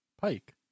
Pike